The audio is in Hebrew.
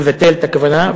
לבטל את הכוונה,